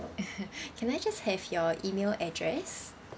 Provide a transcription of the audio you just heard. can I just have your email address